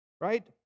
Right